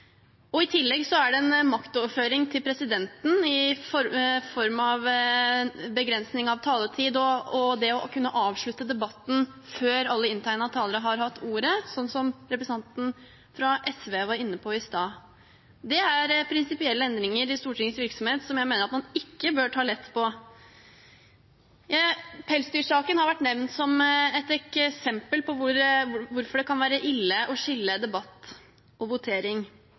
det. I tillegg er det en maktoverføring til presidenten i form av begrensning av taletid og det å kunne avslutte debatten før alle inntegnede talere har hatt ordet, slik som representanten fra SV var inne på i sted. Dette er prinsipielle endringer i Stortingets virksomhet som jeg mener at man ikke bør ta lett på. Pelsdyrsaken har vært nevnt som et eksempel på hvorfor det kan være ille å skille debatt og votering.